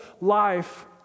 life